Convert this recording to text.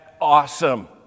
awesome